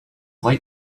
late